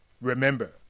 Remember